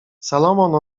salomon